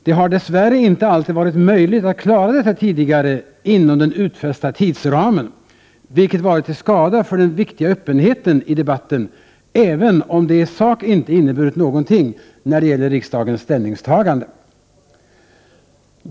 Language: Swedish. Det har dess värre inte alltid varit möjligt att klara detta tidigare inom den utfästa tidsramen, vilket varit till skada för den viktiga öppenheten i debatten även om det i sak inte inneburit någonting när det gäller riksdagens ställningstagande.